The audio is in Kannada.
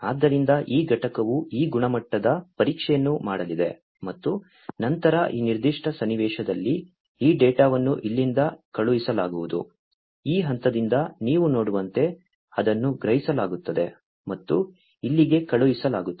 ಆದ್ದರಿಂದ ಈ ಘಟಕವು ಈ ಗುಣಮಟ್ಟದ ಪರೀಕ್ಷೆಯನ್ನು ಮಾಡಲಿದೆ ಮತ್ತು ನಂತರ ಈ ನಿರ್ದಿಷ್ಟ ಸನ್ನಿವೇಶದಲ್ಲಿ ಈ ಡೇಟಾವನ್ನು ಇಲ್ಲಿಂದ ಕಳುಹಿಸಲಾಗುವುದು ಈ ಹಂತದಿಂದ ನೀವು ನೋಡುವಂತೆ ಅದನ್ನು ಗ್ರಹಿಸಲಾಗುತ್ತದೆ ಮತ್ತು ಇಲ್ಲಿಗೆ ಕಳುಹಿಸಲಾಗುತ್ತದೆ